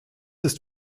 ist